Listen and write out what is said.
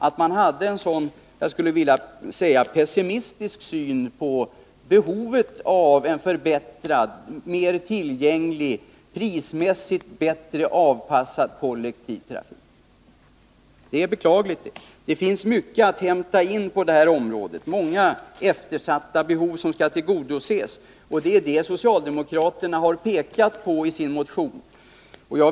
Att man hade en så pessimistisk syn på behovet av en förbättrad, mer tillgänglig, prismässigt bättre anpassad kollektivtrafik förklarar det mesta. Det är beklagligt att så var fallet. Det finns mycket att hämta in på det här området, många eftersatta behov som skall tillgodoses. Det är vad socialdemokraterna har visat på i sin motion.